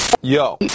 Yo